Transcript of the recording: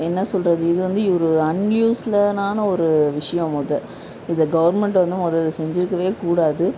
என்ன சொல்கிறது இது வந்து ஒரு அன்யூஸ்லனான ஒரு விஷயம் முத இதை கவர்மெண்ட் வந்து முத இதை செஞ்சிருக்கவே கூடாது